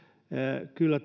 kyllä